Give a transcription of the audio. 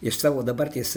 iš savo dabarties